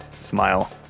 smile